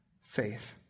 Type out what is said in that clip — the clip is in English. faith